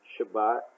Shabbat